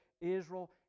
Israel